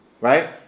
right